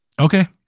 okay